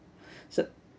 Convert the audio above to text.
so